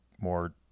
more